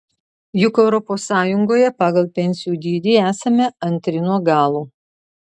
juk europos sąjungoje pagal pensijų dydį esame antri nuo galo